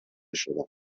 شدند